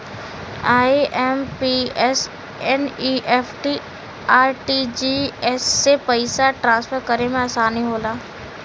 IMPS, NEFT, RTGS से पइसा transfer करे में आसानी होला